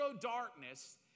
darkness